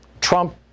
Trump